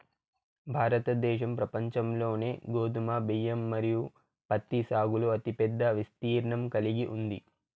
భారతదేశం ప్రపంచంలోనే గోధుమ, బియ్యం మరియు పత్తి సాగులో అతిపెద్ద విస్తీర్ణం కలిగి ఉంది